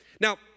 Now